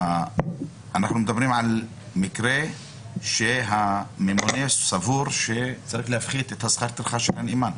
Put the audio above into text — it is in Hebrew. אנחנו מדברים על מקרה שהממונה סבור שצריך להפחית את שכר הטרחה של הנאמן.